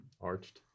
arched